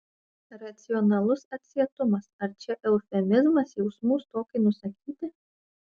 racionalus atsietumas ar čia eufemizmas jausmų stokai nusakyti